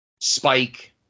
spike